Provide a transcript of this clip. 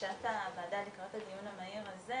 לבקשת הוועדה לקראת הדיון המהיר הזה